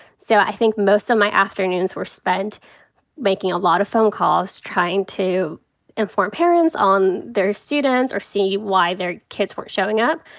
so i think most of my afternoons were spent making a lot of phone calls trying to inform parents on their students or see why their kids weren't showing up.